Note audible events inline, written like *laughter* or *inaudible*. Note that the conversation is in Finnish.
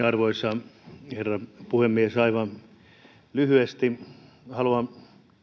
*unintelligible* arvoisa herra puhemies aivan lyhyesti haluan